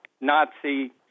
Nazi